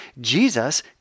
Jesus